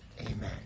Amen